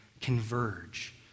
converge